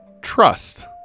trust